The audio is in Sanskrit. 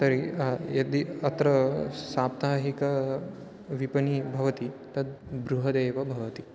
तर्हि यदि अत्र साप्ताहिकविपणिः भवति तद् बृहदेव भवति